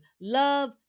love